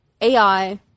AI